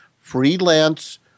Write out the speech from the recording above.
freelance